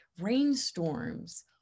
rainstorms